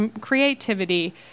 creativity